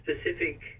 specific